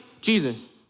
Jesus